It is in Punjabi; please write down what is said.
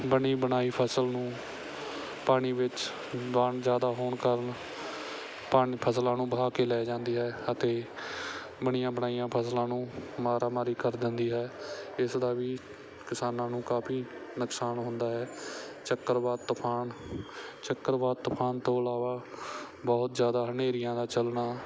ਬਣੀ ਬਣਾਈ ਫਸਲ ਨੂੰ ਪਾਣੀ ਵਿੱਚ ਵਹਿਣ ਜ਼ਿਆਦਾ ਹੋਣ ਕਾਰਨ ਪਾਣੀ ਫਸਲਾਂ ਨੂੰ ਵਹਾ ਕੇ ਲੈ ਜਾਂਦੀ ਹੈ ਅਤੇ ਬਣੀਆਂ ਬਣਾਈਆਂ ਫਸਲਾਂ ਨੂੰ ਮਾਰਾਮਾਰੀ ਕਰ ਦਿੰਦੀ ਹੈ ਇਸ ਦਾ ਵੀ ਕਿਸਾਨਾਂ ਨੂੰ ਕਾਫੀ ਨੁਕਸਾਨ ਹੁੰਦਾ ਹੈ ਚੱਕਰਵਾਤ ਤੂਫਾਨ ਚੱਕਰਵਾਤ ਤੂਫਾਨ ਤੋਂ ਇਲਾਵਾ ਬਹੁਤ ਜ਼ਿਆਦਾ ਹਨੇਰੀਆਂ ਦਾ ਚੱਲਣਾ